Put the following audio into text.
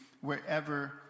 wherever